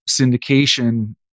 syndication